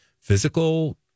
physical